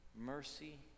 mercy